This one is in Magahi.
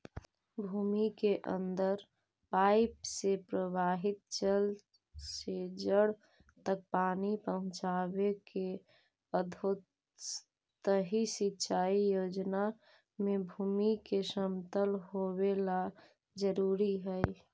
भूमि के अंदर पाइप से प्रवाहित जल से जड़ तक पानी पहुँचावे के अधोसतही सिंचाई योजना में भूमि के समतल होवेला जरूरी हइ